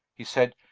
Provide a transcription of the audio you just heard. he said,